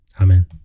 Amen